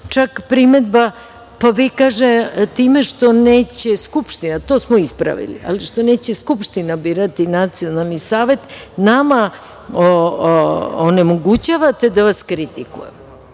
čak primedba - vi time što neće Skupština, to smo ispravili, ali što neće Skupština birati Nacionalni savet, nama onemogućavate da vas kritikujemo. To